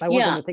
um yeah. like